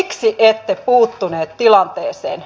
miksi ette puuttunut tilanteeseen